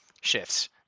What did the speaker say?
shifts